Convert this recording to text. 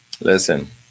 listen